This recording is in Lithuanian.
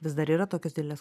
vis dar yra tokios didelės